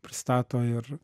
pristato ir